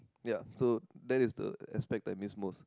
ya so that is the aspect that I miss most